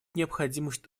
необходимость